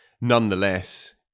nonetheless